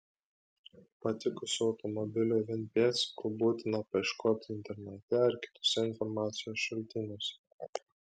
patikusio automobilio vin pėdsakų būtina paieškoti internete ar kituose informacijos šaltiniuose